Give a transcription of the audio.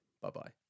bye-bye